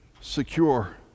secure